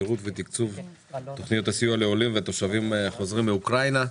פירוט ותקצוב תכניות הסיוע לעולים ותושבים חוזרים מאוקראינה.